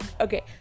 okay